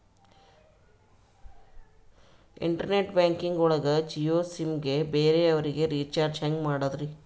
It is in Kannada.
ಇಂಟರ್ನೆಟ್ ಬ್ಯಾಂಕಿಂಗ್ ಒಳಗ ಜಿಯೋ ಸಿಮ್ ಗೆ ಬೇರೆ ಅವರಿಗೆ ರೀಚಾರ್ಜ್ ಹೆಂಗ್ ಮಾಡಿದ್ರಿ?